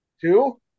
Two